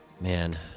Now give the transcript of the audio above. Man